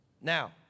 Now